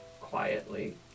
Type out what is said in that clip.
quietly